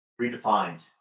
redefined